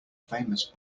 famous